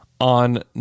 on